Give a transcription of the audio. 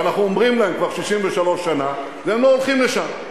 ואנחנו אומרים להם כבר 63 שנה והם לא הולכים לשם.